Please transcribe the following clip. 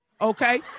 Okay